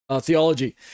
theology